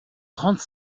trente